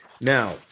Now